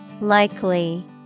Likely